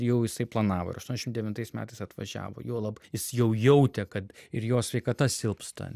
jau jisai planavo ir aštuoniasdešim devintais metais atvažiavo juolab jis jau jautė kad ir jo sveikata silpsta